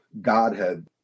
Godhead